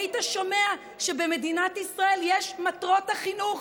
היית שומע שבמדינת ישראל יש מטרות החינוך.